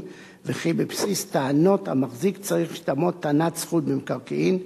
וכי בבסיס טענות המחזיק צריך שתעמוד טענת זכות במקרקעין,